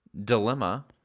Dilemma